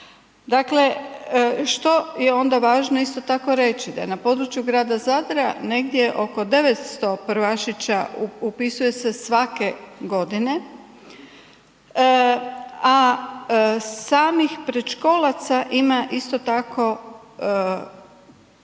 Dakle, što je onda važno isti tako reći? Da je na području grada Zadra negdje oko 900 prvašića upisuje se svake godine a samih predškolaca ima isto tako